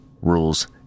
rules